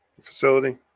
facility